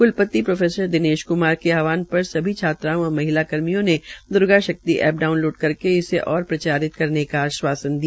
क्लपति प्रो दिनेश क्मार को आहवान पर सभी छात्राओं व महिला कर्मियों ने द्र्गाशक्ति ऐप डाउनलोड करके इसे ओर प्रचारित करने का आहवान दिया